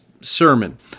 sermon